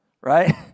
right